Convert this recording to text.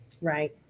Right